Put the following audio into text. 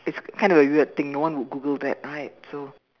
it's kind of a weird thing no one would google that right so